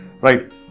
right